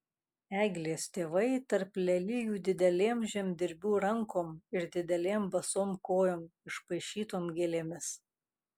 eglės tėvai tarp lelijų didelėm žemdirbių rankom ir didelėm basom kojom išpaišytom gėlėmis